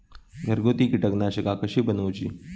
घरगुती कीटकनाशका कशी बनवूची?